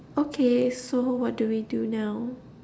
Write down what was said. okay so what do we do now